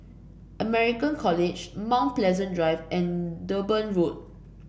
American College Mount Pleasant Drive and Durban Road